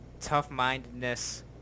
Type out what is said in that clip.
Tough-mindedness